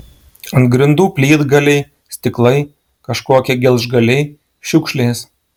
ant grindų plytgaliai stiklai kažkokie gelžgaliai šiukšlės